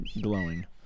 glowing